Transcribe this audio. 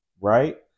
right